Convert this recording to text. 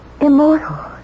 immortal